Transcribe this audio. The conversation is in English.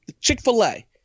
Chick-fil-A